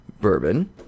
bourbon